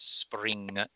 spring